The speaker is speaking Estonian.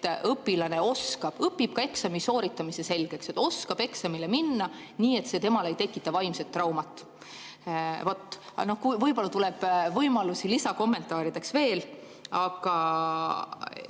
õpilane õpib ka eksami sooritamise selgeks, oskab eksamile minna nii, et see ei tekita talle vaimset traumat. Vot. Võib-olla tuleb võimalusi lisakommentaarideks veel. Aga